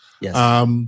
Yes